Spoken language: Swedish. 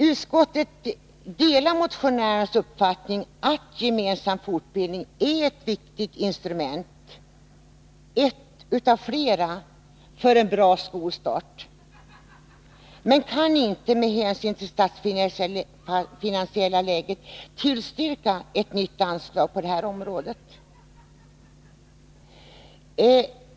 Utskottet delar motionärernas uppfattning att gemensam fortbildning är ett viktigt instrument — ett av flera — för en bra skolstart, men utskottet kan inte, med hänsyn till det statsfinansiella läget, tillstyrka ett nytt anslag på detta område.